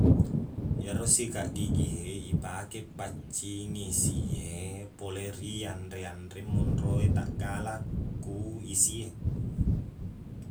Iyaro sikaq gigi e ipake paccingi isi e pole ri anre-anre monro e taqgala ku isi e